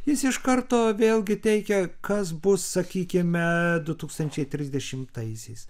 jis iš karto vėlgi teikia kas bus sakykime du yūkstančiai trisdešimtaisiais